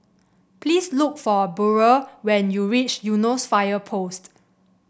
please look for Burrel when you reach Eunos Fire Post